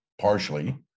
partially